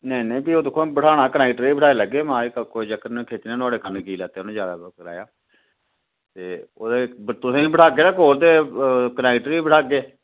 नेईं नेईं फ्ही ओह् कनैक्टरे गी बी बठाना कोई चक्कर निं खिच्चना ओह्दे कन्न कि की लैता उ'न्नै कराया जैदा ते तुसें गी बी बठागे कोल ते कनैक्टरै गी बी बठागे कोल